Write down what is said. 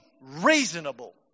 reasonable